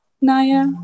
Naya